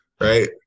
Right